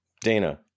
Dana